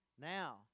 Now